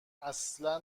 اصلا